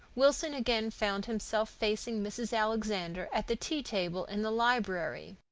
wilson again found himself facing mrs. alexander at the tea-table in the library.